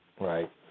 right